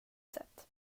sätt